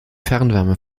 fernwärme